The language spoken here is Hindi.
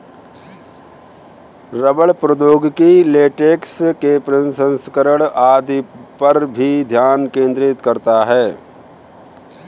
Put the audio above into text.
रबड़ प्रौद्योगिकी लेटेक्स के प्रसंस्करण आदि पर भी ध्यान केंद्रित करता है